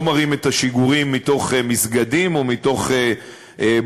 לא מראים את השיגורים מתוך מסגדים או מתוך בתי-ספר.